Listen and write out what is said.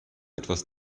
etwas